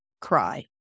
cry